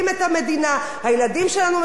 הילדים שלנו משרתים את המדינה,